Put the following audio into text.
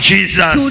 Jesus